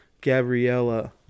Gabriella